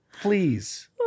please